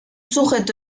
sujeto